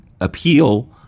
appeal